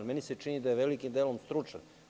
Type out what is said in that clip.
Meni se čini da je velikim delom stručna.